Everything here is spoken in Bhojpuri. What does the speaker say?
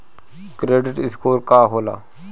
क्रेडिट स्कोर का होला?